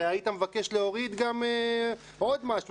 הרי היית מבקש להוריד עוד משהו,